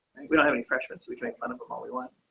we don't have any freshman so we can make fun of all we want,